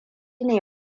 ne